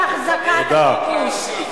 יוצאת על החזקת הכיבוש.